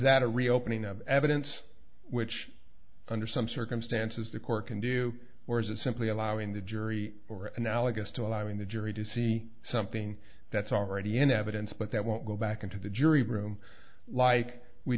that a reopening of evidence which under some circumstances the court can do or is it simply allowing the jury or analogous to allowing the jury to see something that's already in evidence but that won't go back into the jury room like we